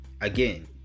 again